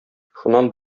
шуннан